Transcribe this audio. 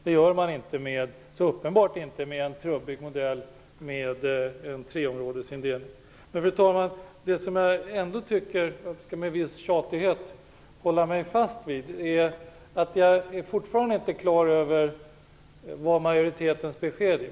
Det gör man uppenbart inte med en så trubbig modell som en treområdesindelning. Fru talman! Jag håller mig med en viss tjatighet fast vid att jag fortfarande inte är klar över majoritetens besked.